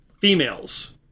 Females